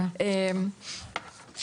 אבל בעיקר אני רוצה לשים פה